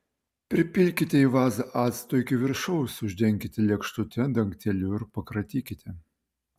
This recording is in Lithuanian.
pripilkite į vazą acto iki viršaus uždenkite lėkštute dangteliu ir pakratykite